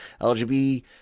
LGBT